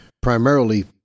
primarily